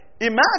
Imagine